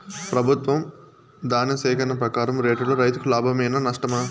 ప్రభుత్వం ధాన్య సేకరణ ప్రకారం రేటులో రైతుకు లాభమేనా నష్టమా?